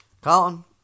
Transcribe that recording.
Colin